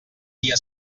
dia